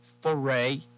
foray